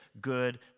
good